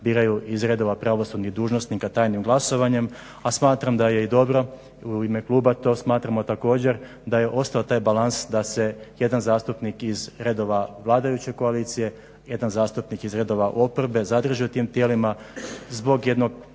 biraju iz redova pravosudnih dužnosnika tajnim glasovanjem, a smatram da je i dobro u ime kluba to smatramo također da je ostao taj balans da se jedan zastupnik iz redova vladajuće koalicije, jedan zastupnik iz redova oporbe zadrže u tim tijelima zbog jednog